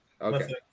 Okay